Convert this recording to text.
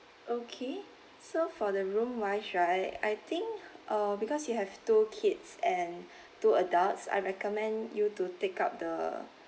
okay so for the room wise right I think uh because you have two kids and two adults I recommend you to take up the